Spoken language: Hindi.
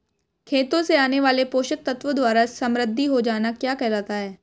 खेतों से आने वाले पोषक तत्वों द्वारा समृद्धि हो जाना क्या कहलाता है?